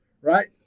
Right